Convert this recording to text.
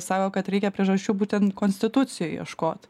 sako kad reikia priežasčių būtent konstitucijoj ieškot